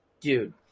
dude